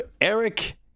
eric